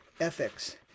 ethics